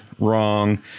Wrong